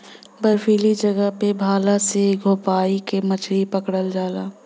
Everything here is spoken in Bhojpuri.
बर्फीली जगह पे भाला से गोभीयाई के मछरी पकड़ल जाला